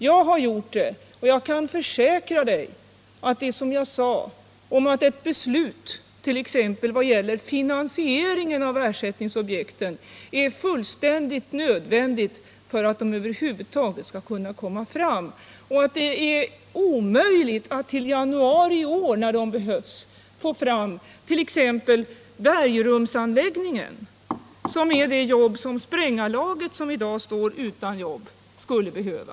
Jag har gjort det och jag kan försäkra dig att ett beslut t.ex. vad gäller finansieringen av ersättningsprojekten är fullständigt nödvändigt för att de över huvud taget skall komma till stånd. Då skulle du också inse att det är omöjligt att till januari nästa år, då det behövs, få fram t.ex. arbetet med bergrumsanläggningen som är det arbete som sprängarlaget, som i dag står utan arbete, skulle behöva.